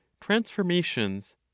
transformations